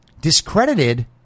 Discredited